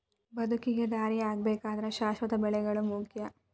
ಬದುಕಿಗೆ ದಾರಿಯಾಗಬೇಕಾದ್ರ ಶಾಶ್ವತ ಬೆಳೆಗಳು ಮುಖ್ಯ